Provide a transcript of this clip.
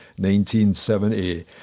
1970